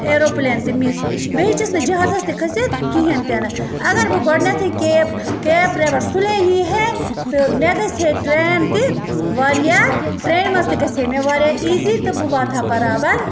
aeroplane تہِ مِس بہٕ ہیٚچٕس نہٕ جَہازَس تہِ کھٔسِتھ کِہیٖنۍ تہِ نہٕ اَگر بہٕ گۄڈٕنٮ۪تھٕے کیب کیب ڈرٛایور سُلے یی ہے تہٕ مےٚ گَژھِ ہے ٹرٛین تہِ واریاہ ٹرٛین منٛز تہِ گژھِ ہے مےٚ واریاہ ایٖزی تہٕ بہٕ واتہٕ ہا بَرابَر